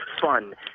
fun